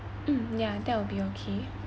mm ya that will be okay